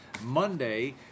Monday